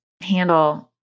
handle